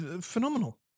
Phenomenal